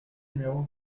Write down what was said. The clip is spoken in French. numéro